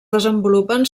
desenvolupen